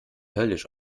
höllisch